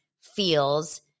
feels